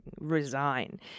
resign